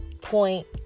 point